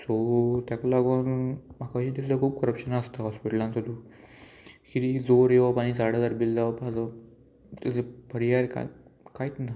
so तेका लागोन म्हाकाय दिसता खूब करप्शन आसता हॉस्पिटलांचो जो की जोर येवप आनी साठ हजार बील जावप हाचो तेजो पर्याय कांयच कांयच ना